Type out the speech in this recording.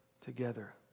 together